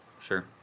Sure